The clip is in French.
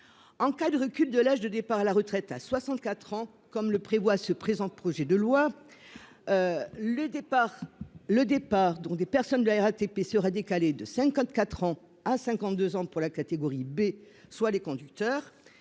En cas de recul de l'âge de départ à la retraite à 64 ans, comme le prévoit le présent projet de loi, le départ du personnel de la RATP sera décalé de 52 ans à 54 ans pour la catégorie B, c'est-à-dire les conducteurs,